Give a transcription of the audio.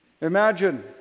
Imagine